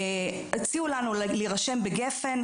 הציעו לנו להירשם בגפ"ן.